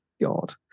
God